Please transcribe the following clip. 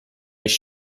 ich